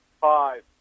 five